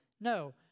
No